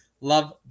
Love